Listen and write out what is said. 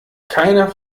keiner